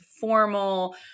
formal